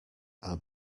are